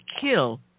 kill